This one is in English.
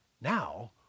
now